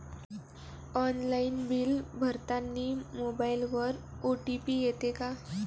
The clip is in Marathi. ऑनलाईन बिल भरतानी मोबाईलवर ओ.टी.पी येते का?